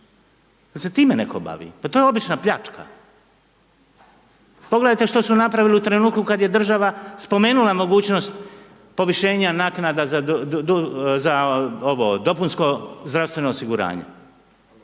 se time netko bavi? Pa to je obična pljačka. Pogledajte što su napravili u trenutku kad je država spomenula mogućnost povišenja naknada za dopunsko zdravstveno osiguranje.